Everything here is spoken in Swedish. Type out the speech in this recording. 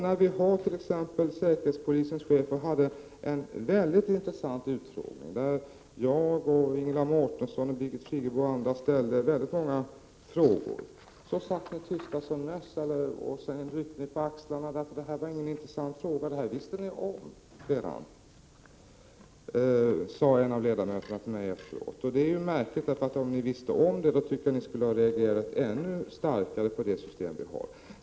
När vi t.ex. hade en mycket intressant utfrågning med säkerhetspolisens chef där jag, Ingela Mårtensson, Birgit Friggebo och andra ställde många frågor, då satt ni tysta som möss. Sedan ryckte ni på axlarna och sade att frågan inte var intressant. Ni visste om allt redan, sade en av ledamöterna efteråt till mig. Det är också märkligt. Om ni visste om det hela tycker jag att ni borde ha reagerat ännu starkare på det system som vi har.